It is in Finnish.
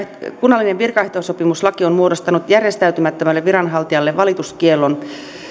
kunnallinen virkaehtosopimuslaki on muodostanut järjestäytymättömälle viranhaltijalle valituskiellon